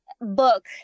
book